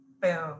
boom